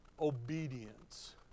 obedience